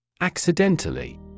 accidentally